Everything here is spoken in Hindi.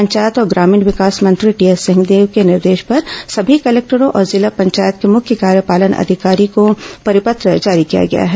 पंचायत और ग्रामीण विकास मंत्री टीएस सिंहदेव के निर्देश पर सभी कलेक्टरों और जिला पंचायत के मुख्य कार्यपालन अधिकारी को परिपत्र जारी किया गया है